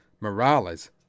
Morales